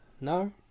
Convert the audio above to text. No